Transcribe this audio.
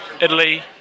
Italy